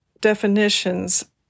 definitions